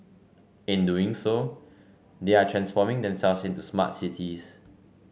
in doing so they are transforming themselves into smart cities